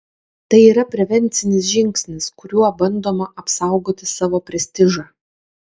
tai yra prevencinis žingsnis kuriuo bandoma apsaugoti savo prestižą